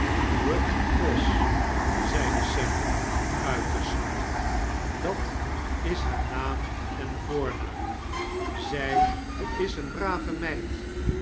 euth moss zeide sem uiterst zwak dat is haar naam en voornaam zy is eene brave meid